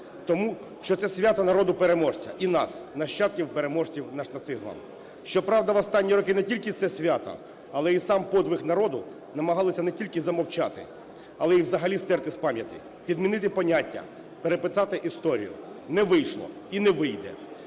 тому що це свято народу-переможця і нас, нащадків переможців над нацизмом. Щоправда в останні роки не тільки це свято, але і сам подвиг народу намагалися не тільки замовчати, але і взагалі стерти з пам'яті, підмінити поняття, переписати історію. Не вийшло. І не вийде.